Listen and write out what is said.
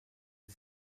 sie